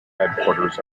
headquarters